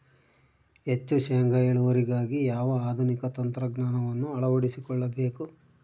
ಹೆಚ್ಚು ಶೇಂಗಾ ಇಳುವರಿಗಾಗಿ ಯಾವ ಆಧುನಿಕ ತಂತ್ರಜ್ಞಾನವನ್ನು ಅಳವಡಿಸಿಕೊಳ್ಳಬೇಕು?